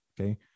okay